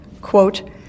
quote